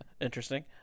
Interesting